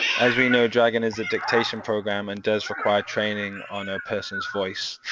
as we know dragon is a dictation programme and does require training on a person's voice.